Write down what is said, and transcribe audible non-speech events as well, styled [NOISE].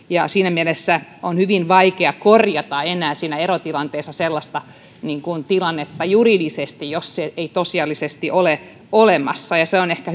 ja siinä mielessä on hyvin vaikea korjata enää siinä erotilanteessa sellaista tilannetta juridisesti jos se ei tosiasiallisesti ole olemassa se on ehkä [UNINTELLIGIBLE]